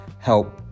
help